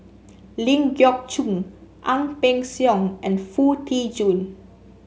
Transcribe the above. Ling Geok Choon Ang Peng Siong and Foo Tee Jun